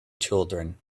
children